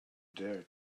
dare